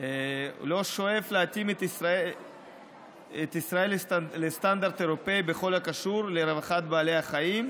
לא שואף להתאים את ישראל לסטנדרט האירופי בכל הקשור לרווחת בעלי החיים,